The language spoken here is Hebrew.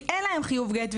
כי אין להן חיוב גט,